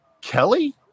Kelly